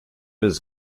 his